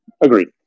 Agreed